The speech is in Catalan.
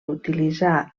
utilitzar